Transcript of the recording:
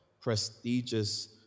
prestigious